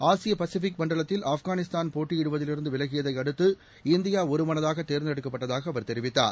ஆசிய பசிபிக் மண்டலத்தில் ஆப்காளிஸ்தான் போட்டியிடுவதிலிருந்து விலகியதையடுத்து இந்தியா ஒருமனதாக தேர்ந்தெடுக்கப்பட்டதாக அவர் தெரிவித்தார்